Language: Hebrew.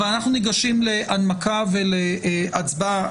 אנחנו ניגשים להנמקה ולהצבעה.